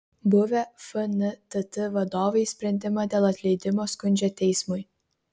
buvę fntt vadovai sprendimą dėl atleidimo skundžia teismui